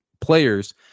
players